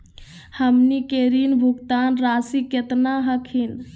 हमनी के ऋण भुगतान रासी केतना हखिन?